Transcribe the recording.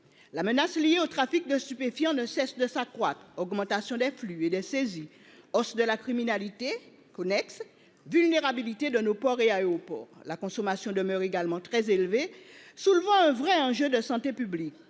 La menace liée au trafic de stupéfiants ne cesse de s'accroître, augmentation des flux et des saisies. Hausse de la criminalité connexes vulnérabilité de nos ports et aéroports la consommation demeure également très élevé sous le un vrai enjeu de santé publique.